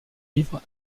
livres